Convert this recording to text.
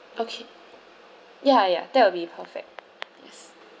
okay ya ya that will be perfect yes